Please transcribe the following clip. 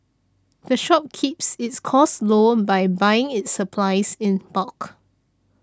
the shop keeps its costs low by buying its supplies in bulk